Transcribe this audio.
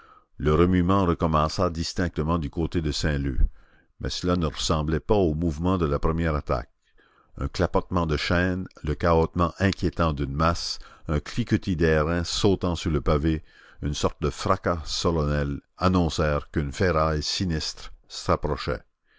le remuement recommença distinctement du côté de saint-leu mais cela ne ressemblait pas au mouvement de la première attaque un clapotement de chaînes le cahotement inquiétant d'une masse un cliquetis d'airain sautant sur le pavé une sorte de fracas solennel annoncèrent qu'une ferraille sinistre s'approchait